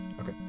Okay